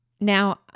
Now